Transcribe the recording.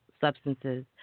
substances